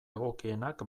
egokienak